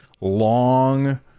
long